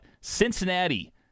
Cincinnati